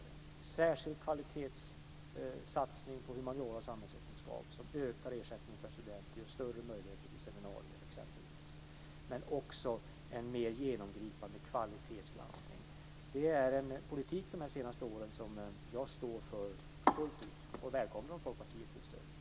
En särskild kvalitetssatsning görs på humaniora och samhällsvetenskap, ersättningen ökar per student och större möjligheter ges till seminarier exempelvis men också till en mer genomgripande kvalitetsgranskning. Det har varit en politik de senaste åren som jag står för fullt ut, och jag välkomnar om Folkpartiet vill stödja den.